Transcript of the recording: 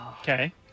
Okay